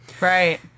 Right